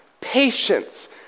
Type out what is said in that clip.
patience